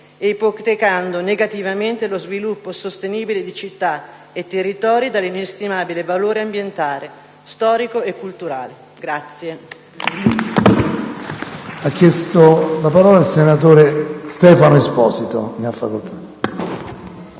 ipotecando negativamente lo sviluppo sostenibile di città e territori dall'inestimabile valore ambientale, storico e culturale.